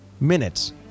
minutes